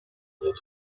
need